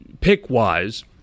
pick-wise